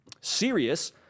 serious